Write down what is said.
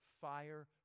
fire